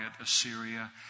Assyria